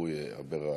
השבוי אברה מנגיסטו.